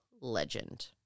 legend